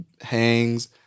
hangs